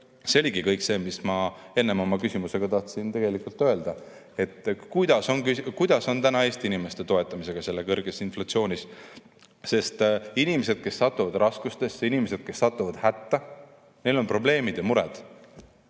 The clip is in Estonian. oligi kõik see, mis ma enne oma küsimusega tahtsin tegelikult öelda. Kuidas on lood Eesti inimeste toetamisega selle kõrge inflatsiooni korral? Inimesed, kes satuvad raskustesse, inimesed, kes satuvad hätta, neil on probleemid ja mured.